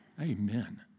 amen